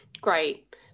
great